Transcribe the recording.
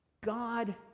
God